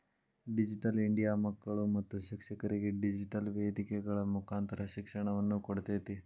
digital India ಮಕ್ಕಳು ಮತ್ತು ಶಿಕ್ಷಕರಿಗೆ ಡಿಜಿಟೆಲ್ ವೇದಿಕೆಗಳ ಮುಕಾಂತರ ಶಿಕ್ಷಣವನ್ನ ಕೊಡ್ತೇತಿ